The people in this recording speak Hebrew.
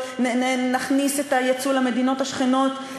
נכניס את היצוא למדינות השכנות,